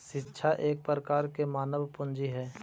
शिक्षा एक प्रकार के मानव पूंजी हइ